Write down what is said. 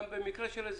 אלא גם במקרה של הסגר.